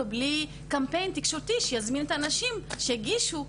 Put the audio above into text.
בלי קמפיין תקשורתי שיזמין את הנשים שיגישו.